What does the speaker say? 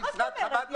מה זאת אומרת?